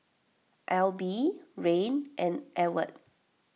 Alby Rayne and Ewart